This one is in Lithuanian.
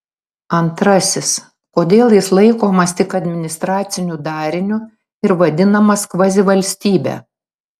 antrasis kodėl jis laikomas tik administraciniu dariniu ir vadinamas kvazivalstybe